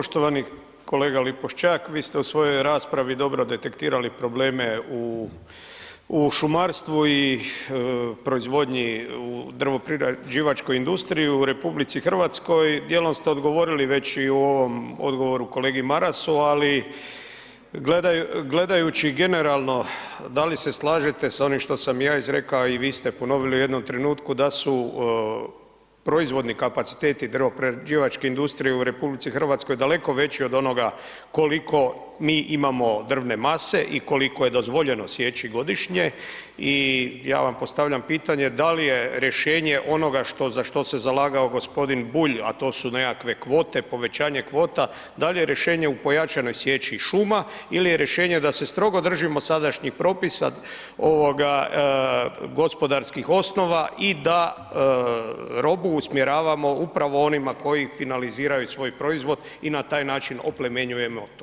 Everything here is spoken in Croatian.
Poštovani kolega Lipošćak, vi ste u svojoj raspravi dobro detektirali probleme u, u šumarstvu i proizvodnji u drvoprerađivačkoj industriji u RH, dijelom ste odgovorili već i u ovom odgovoru kolegi Marasu, ali gledajući generalno da li se slažete s onim što sam ja izrekao i vi ste ponovili u jednom trenutku, da su proizvodni kapaciteti drvoprerađivačke industrije u RH daleko veći od onoga koliko mi imamo drvne mase i koliko je dozvoljeno sjeći godišnje i ja vam postavljam pitanje dal je rješenje onoga što, za što se zalagao g. Bulj, a to su nekakve kvote, povećanje kvota, dal je rješenje u pojačanoj sječi šuma il je rješenje da se strogo držimo sadašnjih propisa, ovoga gospodarskih osnova i da robu usmjeravamo upravo onima koji finaliziraju svoj proizvod i na taj način oplemenjujemo to drvo.